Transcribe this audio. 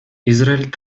израиль